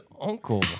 uncle